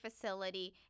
facility